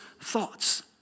thoughts